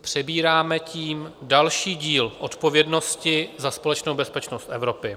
Přebíráme tím další díl odpovědnosti za společnou bezpečnost v Evropě.